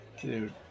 dude